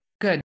Good